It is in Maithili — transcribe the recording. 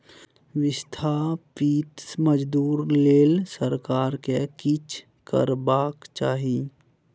बिस्थापित मजदूर लेल सरकार केँ किछ करबाक चाही